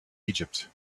egypt